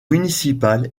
municipal